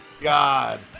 God